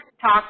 talk